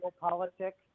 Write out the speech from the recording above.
politics